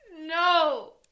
No